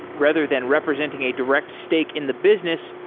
rather than representing a direct stake in the business,